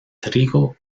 trigo